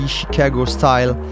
Chicago-style